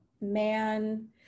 man